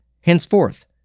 henceforth